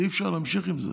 אי-אפשר להמשיך עם זה.